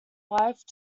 wife